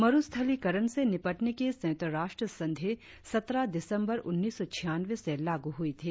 मरुस्थलीकरण से निपटने की संयुक्त राष्ट्र संधि सत्रह दिसंबर उन्नीस सौ छियानवें से लागू हुई थी